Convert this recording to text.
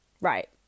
Right